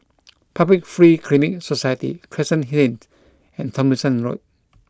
Public Free Clinic Society Crescent Lane and Tomlinson Road